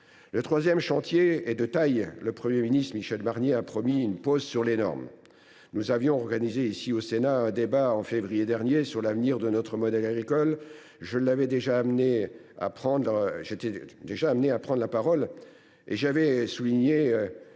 Le troisième chantier est de taille. Le Premier ministre Michel Barnier a promis une « pause sur les normes ». Nous avions organisé ici, au Sénat, un débat, en février dernier, sur l’avenir de notre modèle agricole. J’avais été amené à prendre la parole et j’avais alors souligné